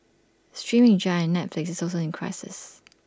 streaming giant Netflix is also in crisis